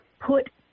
put